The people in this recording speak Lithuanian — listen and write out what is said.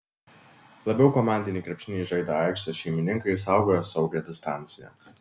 labiau komandinį krepšinį žaidę aikštės šeimininkai saugojo saugią distanciją